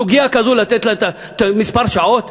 סוגיה כזו לתת לה כמה שעות?